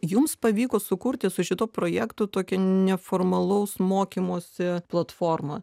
jums pavyko sukurti su šituo projektu tokią neformalaus mokymosi platformą